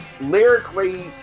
lyrically